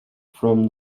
from